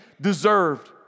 deserved